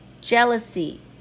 jealousy